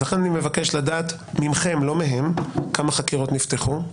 לכן אני מבקש לדעת מכם, לא מהם, כמה חקירות נפתחו?